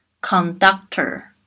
conductor